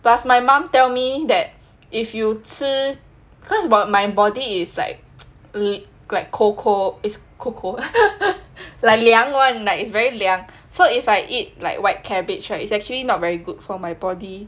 plus my mom tell me that if you 吃 cause my body is like the cold cold it's cold cold like 凉 [one] it's very 凉 so if I eat like white cabbage right it's actually not very good for my body